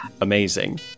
amazing